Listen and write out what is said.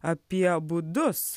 apie būdus